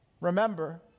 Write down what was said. Remember